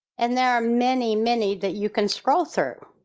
and there are many many that you can scroll through.